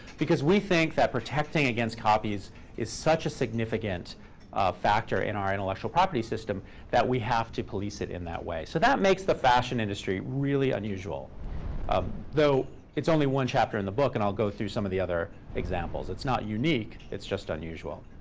because we think that protecting against copies is such a significant factor in our intellectual property system that we have to police it in that way. so that makes the fashion industry really unusual um though it's only one chapter in the book, and i'll go through some of the other examples. it's not unique. it's just unusual.